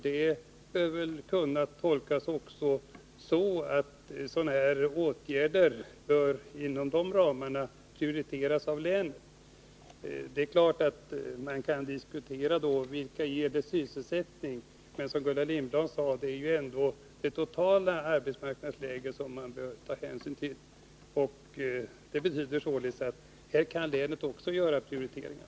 Detta bör kunna tolkas så, att sådana här åtgärder bör kunna prioriteras av länet inom de ifrågavarande ramarna. Det är klart att man kan diskutera vilka det ger sysselsättning. Men, som Gullan Lindblad sade, det är det totala arbetsmarknadsläget som man bör ta hänsyn till. Det betyder således att länet också här kan göra prioriteringar.